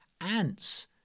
ants